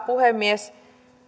puhemies